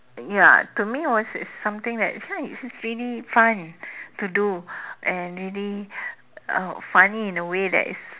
ya to me was something that's ya it's really fun to do and really uh funny in a way that is